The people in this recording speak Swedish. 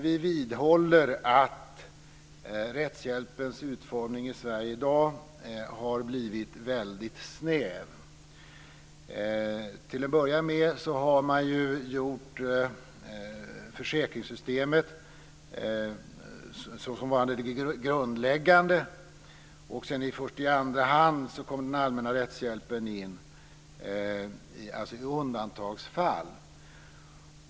Vi vidhåller att rättshjälpens utformning i Sverige i dag har blivit väldigt snäv. Till att börja med har man försäkringssystemet såsom varande det grundläggande, och först i andra hand kommer den allmänna rättshjälpen in, dvs. i undantagsfall.